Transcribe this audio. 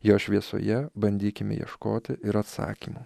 jo šviesoje bandykime ieškoti ir atsakymų